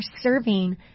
serving